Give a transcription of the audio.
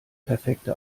perfekte